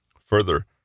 Further